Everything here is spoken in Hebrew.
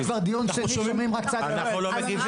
אנחנו לא מגיבים.